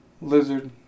Lizard